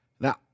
Now